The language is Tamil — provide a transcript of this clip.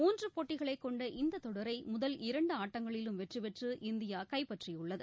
மூன்று போட்டிகளை கொண்ட இந்த தொடரை முதல் இரண்டு ஆட்டங்களிலும் வெற்றி பெற்று இந்தியா கைப்பற்றியுள்ளது